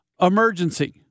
emergency